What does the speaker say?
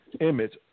image